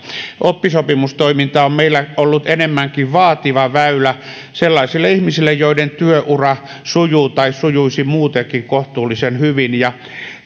oppisopimustoiminta on meillä ollut enemmänkin vaativa väylä sellaisille ihmisille joiden työura sujuu tai sujuisi muutenkin kohtuullisen hyvin ja